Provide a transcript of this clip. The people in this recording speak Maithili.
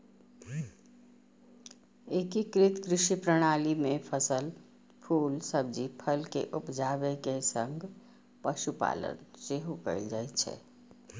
एकीकृत कृषि प्रणाली मे फसल, फूल, सब्जी, फल के उपजाबै के संग पशुपालन सेहो कैल जाइ छै